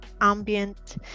ambient